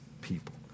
people